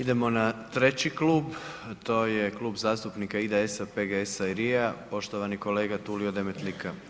Idemo na 3. klub, to je Klub zastupnika IDS-a, PGS-a i RI-a, poštovani kolega Tulio Demetlika.